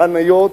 בחניות.